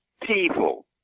people